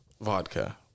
vodka